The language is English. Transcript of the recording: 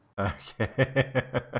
Okay